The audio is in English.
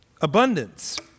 Abundance